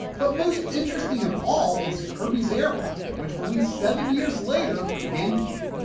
but most interesting of all is kirby's air ride, which released seven years later for the gamecube